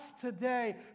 today